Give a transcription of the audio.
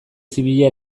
zibila